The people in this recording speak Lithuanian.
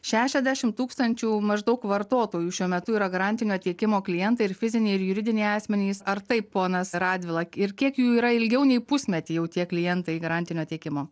šešiasdešimt tūkstančių maždaug vartotojų šiuo metu yra garantinio tiekimo klientai ir fiziniai ir juridiniai asmenys ar taip ponas radvila ir kiek jų yra ilgiau nei pusmetį jau tie klientai garantinio tiekimo